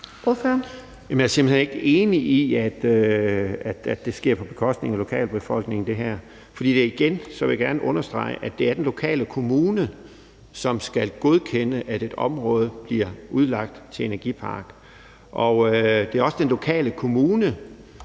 Jeg er simpelt hen ikke enig i, at det her sker på bekostning af lokalbefolkningen. For igen vil jeg gerne understrege, at det er den lokale kommune, som skal godkende, at et område bliver udlagt til energipark, og at det også er den lokale kommune,